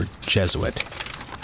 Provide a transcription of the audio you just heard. Jesuit